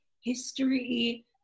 history